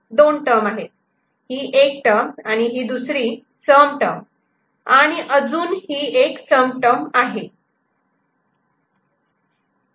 तर 2 टर्म आहेत ही एक टर्म ही दुसरी सम टर्म आणि ही अजून एक सम टर्म आहे